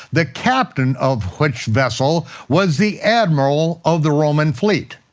the captain of which vessel was the admiral of the roman fleet.